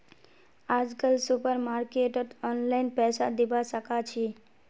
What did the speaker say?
आजकल सुपरमार्केटत ऑनलाइन पैसा दिबा साकाछि